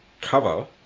cover